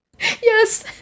Yes